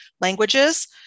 languages